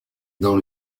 dans